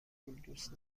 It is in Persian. دوست